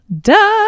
Duh